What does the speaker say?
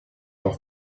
dans